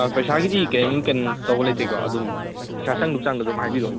ꯄꯩꯁꯥꯒꯤꯗꯤ ꯀꯩꯝ ꯀꯩꯅꯣ ꯇꯧꯕ ꯂꯩꯇꯦꯀꯣ ꯑꯗꯨꯝ ꯄꯩꯁꯥ ꯆꯪꯗꯧꯆꯥꯡꯗꯣ ꯑꯗꯨꯝ ꯍꯥꯏꯕꯤꯔꯛꯑꯣ